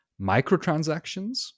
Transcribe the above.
microtransactions